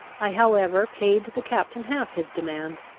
i however paid the captain half his demand,